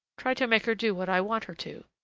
try to make her do what i want her to.